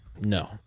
No